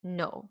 no